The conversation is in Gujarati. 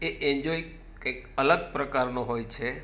એ એન્જોય કંઈક અલગ પ્રકારનો હોય છે